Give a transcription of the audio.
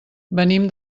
venim